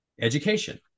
education